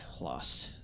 lost